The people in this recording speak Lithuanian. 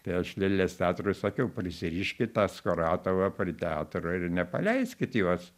tai aš lėlės teatrui sakiau prisiriškit tą skuratovą prie teatro ir nepaleiskit jos